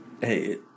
hey